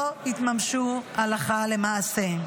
לא התממשו הלכה למעשה.